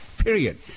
period